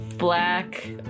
black